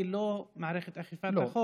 לא מערכת אכיפת החוק אלא המערכת הפוליטית.